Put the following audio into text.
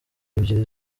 ebyiri